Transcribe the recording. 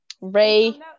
Ray